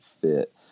fit